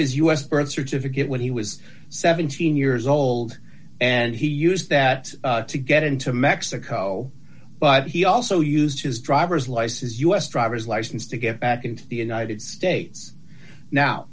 his u s birth certificate when he was seventeen years old and he used that to get into mexico but he also used his driver's license u s driver's license to get back into the united states